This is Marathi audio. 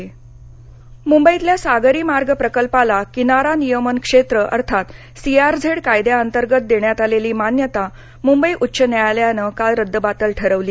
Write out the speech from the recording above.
सीआरझेड मुंबइतल्या सागरी मार्ग प्रकल्पाला किनारा नियमन क्षेत्र अर्थात सीआरझेड कायद्या अंतर्गत देण्यात आलेली मान्यता मुंबई उच्च न्यायालयानं काल रद्दबातल ठरवली